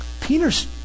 Peter's